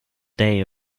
day